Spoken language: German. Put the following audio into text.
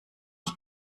ich